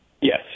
Yes